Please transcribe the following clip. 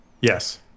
Yes